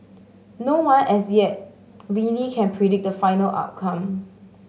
no one as yet really can predict the final outcome